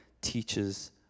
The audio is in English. teaches